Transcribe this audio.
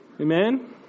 Amen